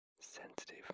sensitive